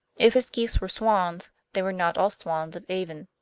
if his geese were swans, they were not all swans of avon.